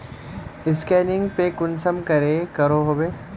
Scanning पे कुंसम करे करो होबे?